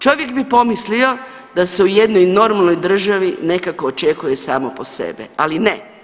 Čovjek bi pomislio da se u jednoj normalnoj državi nekako očekuje samo po sebe, ali ne.